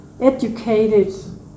educated